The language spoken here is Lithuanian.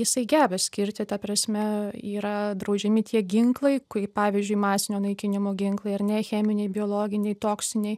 jisai geba skirti ta prasme yra draudžiami tie ginklai kaip pavyzdžiui masinio naikinimo ginklai ar ne cheminiai biologiniai toksiniai